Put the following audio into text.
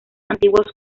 antiguos